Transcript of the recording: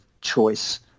choice